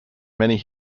many